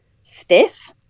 stiff